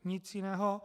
Nic jiného.